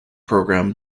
program